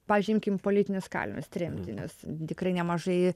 pavyzdžiui imkim politinius kalinius tremtinius tikrai nemažai